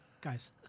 guys